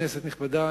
כנסת נכבדה,